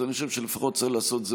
אז אני חושב שלפחות צריך לעשות את זה